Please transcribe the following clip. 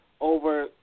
over